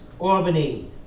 Albany